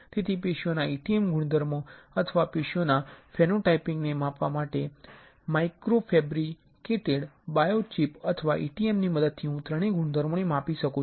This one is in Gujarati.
તેથી પેશીઓના ETM ગુણધર્મો અથવા પેશીઓના ફેનોટાઇપીંગને માપવા માટે માઇક્રોફેબ્રિકેટેડ બાયોચિપ અથવા ETMની મદદથી હું ત્રણેય ગુણધર્મો માપી શકું છું